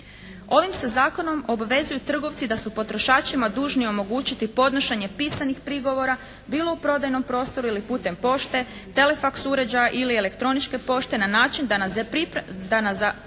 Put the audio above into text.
Ovim se zakonom obvezuju trgovci da su potrošačima dužni omogućiti podnošenje pisanih prigovora bilo u prodajnom prostoru ili putem pošte, telefaks uređaja ili elektroničke pošte na način da na zaprimljene